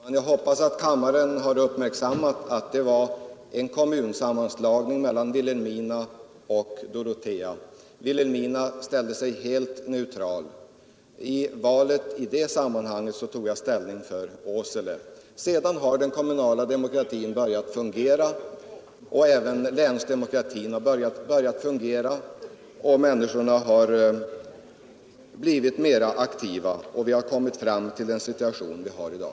Fru talman! Jag hoppas att kammaren uppmärksammat att det var fråga om en alternativ sammanslagning mellan respektive Åsele eller Vilhelmina och Dorotea. Vilhelmina ställde sig helt neutralt. Länsstyrelsen, som jag tillhör, förordade enhälligt Åsele. Det var då inte fråga om uppskov. Sedan har den kommunala aktiviteten ökat i sammanläggningsfrågan och kommuninnevånarna har deltagit än mera aktivt. Vi har så kommit fram till situationen i dag.